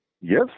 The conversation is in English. Yes